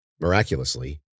Miraculously